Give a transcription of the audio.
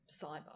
Cyber